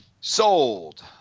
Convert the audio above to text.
Sold